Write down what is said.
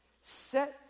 set